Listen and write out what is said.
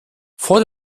vor